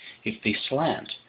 if they slant,